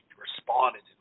responded